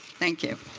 thank you.